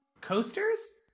coasters